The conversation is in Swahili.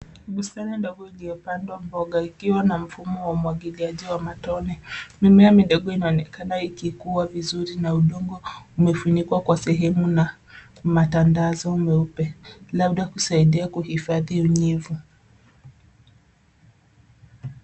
Bustani ndogo iliyopandwa mboga iliyo na mfumo wa umwagiliaji wa matone. Mimea midogo inaonekana ikikua vizuri na udongo umefunikwa kwa sehemu na matandazo meupe, labda kusaidia kuhifadhi unyevu.